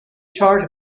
charge